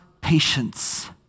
patience